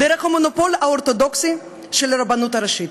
דרך המונופול האורתודוקסי של הרבנות הראשית.